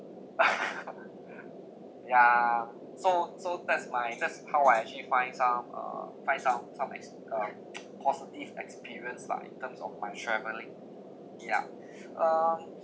ya so so that's my that's how I actually find some uh find some some ex~ uh positive experience like in terms of my travelling yeah um